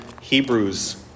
Hebrews